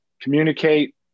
communicate